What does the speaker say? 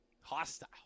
Hostile